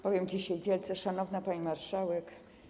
Powiem dzisiaj: Wielce Szanowna Pani Marszałek!